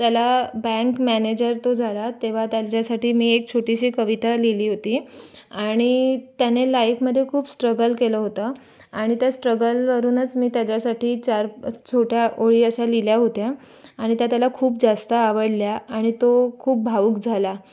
त्याला bank manager तो झाला तेव्हा त्याच्यासाठी मी एक छोटीशी कविता लिहिली होती आणि त्याने लाईफमध्ये खूप स्ट्रगल केलं होतं आणि त्या स्ट्रगलवरूनच मी त्याच्यासाठी चार छोट्या ओळी अशा लिहिल्या होत्या आणि त्या त्याला खूप जास्त आवडल्या आणि तो खूप भावुक झाला